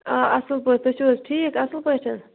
آ اصٕل پٲٹھی تُہۍ چھُِ حظ ٹھیٖک اصل پٲٹھۍ